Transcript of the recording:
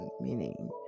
meaning